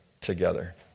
together